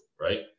right